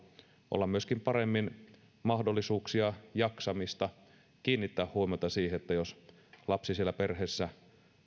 olla myöskin paremmin mahdollisuuksia ja jaksamista kiinnittää huomiota siihen jos lapsi siellä perheessä